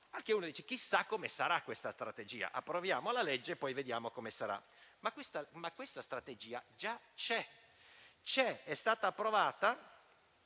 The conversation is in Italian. chiederà chissà come sarà questa strategia; approviamo la legge e poi vediamo come sarà. Ma questa strategia già c'è ed è stata approvata